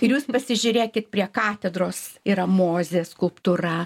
ir jūs pasižiūrėkit prie katedros yra mozės skulptūra